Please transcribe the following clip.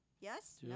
Yes